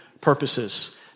purposes